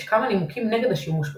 יש כמה נימוקים נגד השימוש בה.